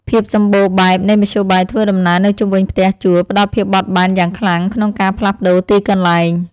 ភាពសម្បូរបែបនៃមធ្យោបាយធ្វើដំណើរនៅជុំវិញផ្ទះជួលផ្តល់ភាពបត់បែនយ៉ាងខ្លាំងក្នុងការផ្លាស់ប្តូរទីកន្លែង។